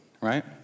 right